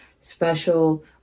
special